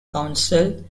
council